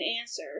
answer